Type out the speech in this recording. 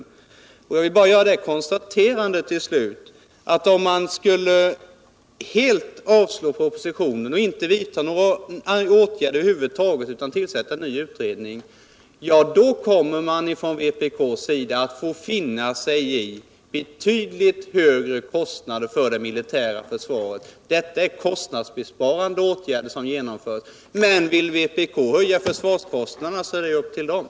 Jag vill till slut bara göra det konstaterandet, att om propositionen skulle helt avslås och några åtgärder över huvud taget inte skulle vidtas utan en ny utredning skulle komma att tillsättas, då skulle man på vpk-håll få finna sig i betydligt högre kostnader för det militära försvaret än vad som nu är fallet. Det är kostnadsbesparande åtgärder som vi genomför. — Men vill vpk höja försvarskostnaderna, är det ju deras sak.